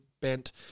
bent